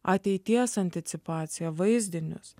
ateities anticipaciją vaizdinius